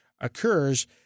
occurs